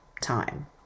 time